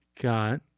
got